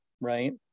right